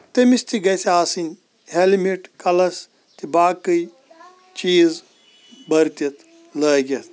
تٔمِس تہِ گَژھِ آسٕنۍ ہٮ۪لمِٹ کَلَس تہِ باقے چیٖز بٕرتِتھ لٲگِتھ